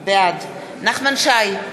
בעד נחמן שי,